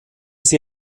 sie